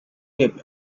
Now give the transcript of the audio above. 列表